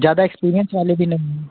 ज़्यादा एक्सपीरियेंस वाले भी नहीं